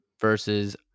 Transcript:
versus